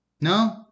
no